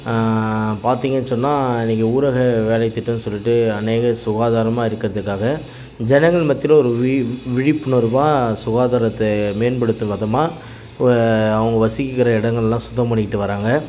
பார்த்தீங்கன் சொன்னால் நீங்கள் ஊரக வேலைத்திட்டம் சொல்லிவிட்டு அநேக சுகாதாரமாக இருக்கிறதுக்காக ஜனங்கள் மத்தியில் ஒரு வியி விழிப்புணர்வாக சுகாதாரத்தை மேம்படுத்தும் விதமா ஓ அவங்க வசிக்கின்ற இடங்கள்லாம் சுத்தம் பண்ணிகிட்டு வராங்க